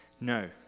No